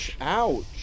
Ouch